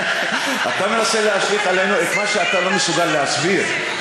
אתה מנסה להשליך עלינו את מה שאתה לא מסוגל להסביר.